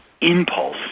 impulse